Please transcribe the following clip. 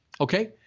Okay